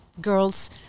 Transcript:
girls